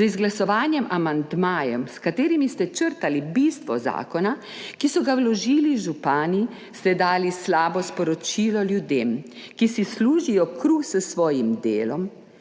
Z izglasovanim amandmajev, s katerimi ste črtali bistvo zakona, ki so ga vložili župani, ste dali slabo sporočilo ljudem, ki si služijo kruh s svojim delom,